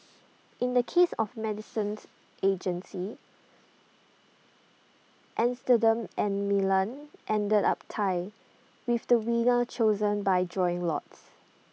in the case of the medicines agency Amsterdam and Milan ended up tied with the winner chosen by drawing lots